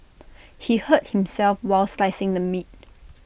he hurt himself while slicing the meat